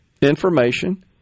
information